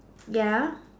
ya